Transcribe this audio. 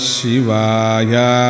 Shivaya